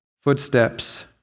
footsteps